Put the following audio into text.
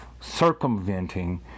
circumventing